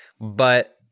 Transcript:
But-